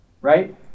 right